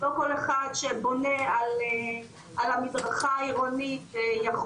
לא כל אחד שבונה על המדרכה העירונית יכול